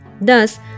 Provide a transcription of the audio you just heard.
Thus